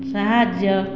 ସାହାଯ୍ୟ